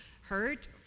hurt